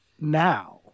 now